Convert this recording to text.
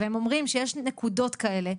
והם אומרים שיש נקודות כאלה,